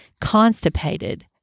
constipated